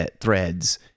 threads